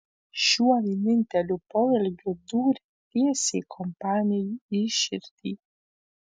šiuo vieninteliu poelgiu dūrė tiesiai kompanijai į širdį